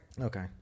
Okay